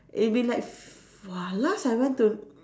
it'll be like f~ !wah! last I went to